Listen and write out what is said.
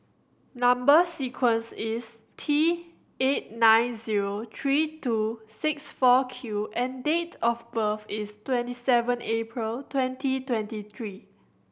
number sequence is T eight nine zero three two six four Q and date of birth is twenty seven April twenty twenty three